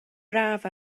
braf